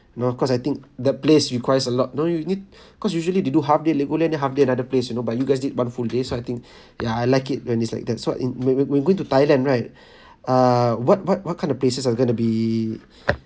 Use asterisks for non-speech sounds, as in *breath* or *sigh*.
you know cause I think that place requires a lot know you need *breath* cause usually they do half day legoland then half day another place you know but you guys did one full days so I think *breath* ya I like it when it's like that so in when when when going to thailand right *breath* uh what what what kind of places are you going to be